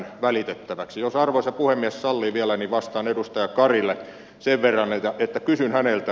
jos arvoisa puhemies sallii vielä niin vastaan edustaja karille sen verran että kysyn häneltä